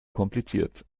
kompliziert